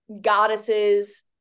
goddesses